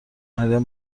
مریم